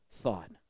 thought